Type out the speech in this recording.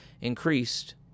increased